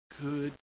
good